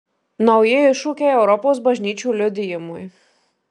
nauji iššūkiai europos bažnyčių liudijimui